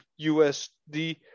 usd